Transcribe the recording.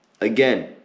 Again